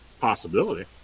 possibility